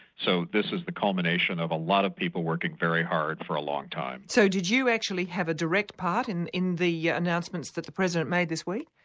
so this is the culmination of a lot of people working very hard for a long time. so did you actually have a direct part in in the yeah announcements the president made this week?